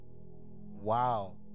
Wow